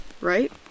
right